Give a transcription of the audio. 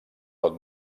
pot